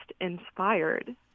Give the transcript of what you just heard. inspired